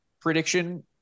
prediction